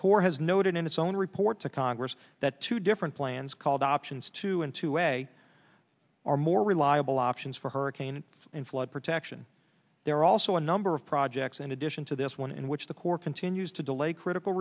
corps has noted in its own report to congress that two different plans called options two and two way are more reliable options for hurricane and flood protection there are also a number of projects in addition to this one in which the corps continues to delay critical